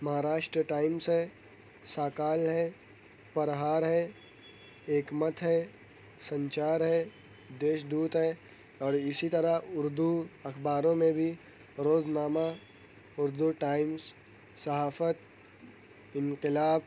مہراشٹرٹائمس ہے ساکال ہے پرہار ہے ایک مت ہے سنچار ہے دیش دوت ہے اور اسی طرح اردو اخباروں میں بھی روزنامہ اردوٹائمس صحافت انقلاب